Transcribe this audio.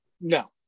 No